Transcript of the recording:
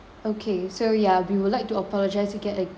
okay so ya we would like to apologize again